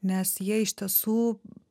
nes jie iš tiesų